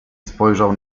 spojrzał